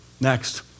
Next